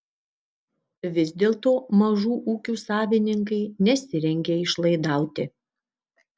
vis dėlto mažų ūkių savininkai nesirengia išlaidauti